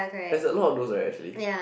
that's a lot of those right actually